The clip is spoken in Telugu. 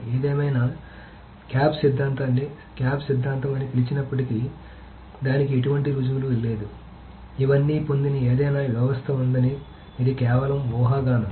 ఏదేమైనా క్యాప్ సిద్ధాంతాన్ని క్యాప్ సిద్ధాంతం అని పిలిచినప్పటికీ దానికి ఎటువంటి రుజువు లేదు ఇవన్నీ పొందిన ఏదైనా వ్యవస్థ ఉండదని ఇది కేవలం ఊహాగానం